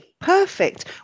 perfect